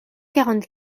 quarante